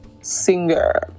singer